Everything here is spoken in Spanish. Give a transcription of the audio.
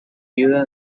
viuda